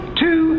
two